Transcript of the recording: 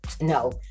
no